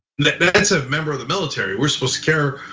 like that's a member of the military, we're supposed to care